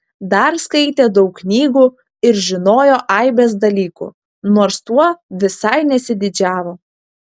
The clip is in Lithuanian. dar skaitė daug knygų ir žinojo aibes dalykų nors tuo visai nesididžiavo